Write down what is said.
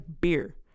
beer